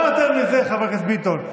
מה יותר מזה, חבר הכנסת ביטון?